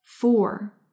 Four